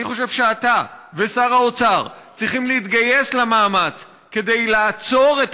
אני חושב שאתה ושר האוצר צריכים להתגייס למאמץ כדי לעצור את